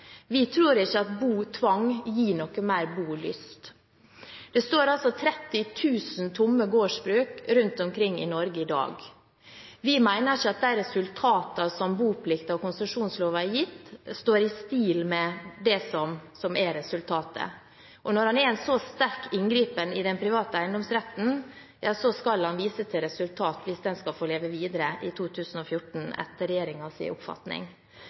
Vi tror ikke at botvang gir noe mer bolyst. Det står 30 000 tomme gårdsbruk rundt omkring i Norge i dag. Vi mener at de resultatene som boplikt og konsesjonsloven har gitt, ikke står i stil med ønsket resultat. Med en så sterk inngripen i den private eiendomsretten skal man vise til resultater dersom konsesjonsloven skal få leve videre i 2014, etter regjeringens oppfatning.